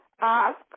ask